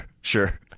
sure